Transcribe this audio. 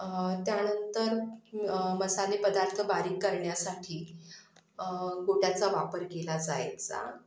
त्यानंतर मसालेपदार्थ बारीक करण्यासाठी गोट्याचा वापर केला जायचा